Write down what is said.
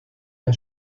der